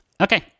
Okay